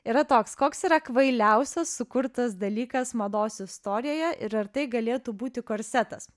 yra toks koks yra kvailiausias sukurtas dalykas mados istorijoje ir ar tai galėtų būti korsetas